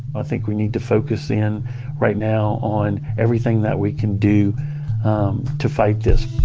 i think we need to focus in right now on everything that we can do to fight this.